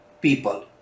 people